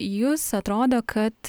jus atrodo kad